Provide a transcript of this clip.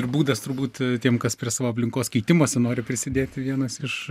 būdas turbūt tiems kas prie savo aplinkos keitimosi nori prisidėti vienas iš